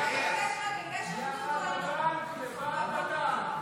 למשפחות הדואבות, השכולות,